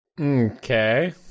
Okay